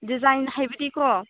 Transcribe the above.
design ꯍꯥꯏꯕꯗꯤꯀꯣ